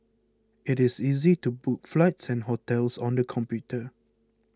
it is easy to book flights and hotels on the computer